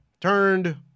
turned